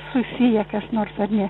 susiję kas nors ar ne